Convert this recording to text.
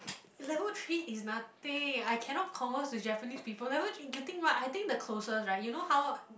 level three is nothing I cannot converse with Japanese people level three getting what I think the closest right you know how